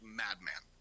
madman